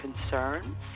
concerns